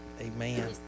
Amen